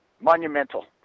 Monumental